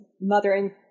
mothering